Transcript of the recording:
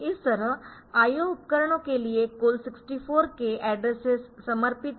इस तरह IO उपकरणों के लिए कुल 64 k एड्रेसेस समर्पित किए गए है